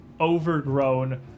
overgrown